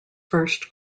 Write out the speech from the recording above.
first